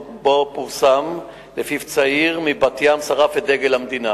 פורסם כי צעיר מבת-ים שרף את דגל המדינה